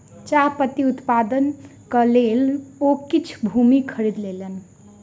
चाह पत्ती उत्पादनक लेल ओ किछ भूमि खरीद लेलैन